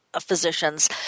Physicians